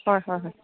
হয় হয় হয়